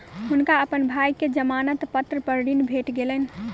हुनका अपन भाई के जमानत पत्र पर ऋण भेट गेलैन